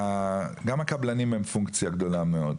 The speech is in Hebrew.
גם הקבלנים הם פונקציה גדולה מאוד.